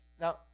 Now